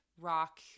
rock